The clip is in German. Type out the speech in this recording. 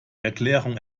erklärung